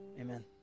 amen